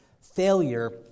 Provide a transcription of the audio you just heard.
failure